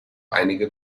einige